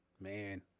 Man